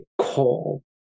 call